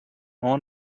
reason